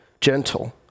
gentle